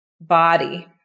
body